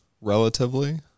relatively